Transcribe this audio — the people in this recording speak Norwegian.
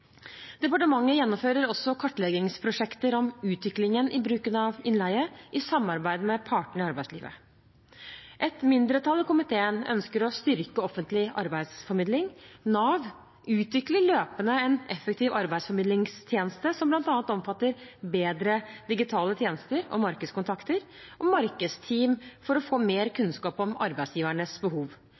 Departementet gjennomfører også kartleggingsprosjekter om utviklingen i bruken av innleie, i samarbeid med partene i arbeidslivet. Et mindretall i komiteen ønsker å styrke offentlig arbeidsformidling. Nav utvikler løpende en effektiv arbeidsformidlingstjeneste, som bl.a. omfatter bedre digitale tjenester og markedskontakter og markedsteam for å få mer kunnskap om arbeidsgivernes behov.